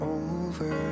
over